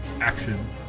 action